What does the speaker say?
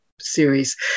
series